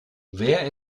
wer